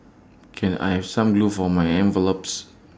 can I have some glue for my envelopes